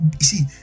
see